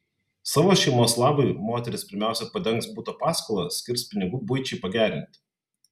savo šeimos labui moteris pirmiausia padengs buto paskolą skirs pinigų buičiai pagerinti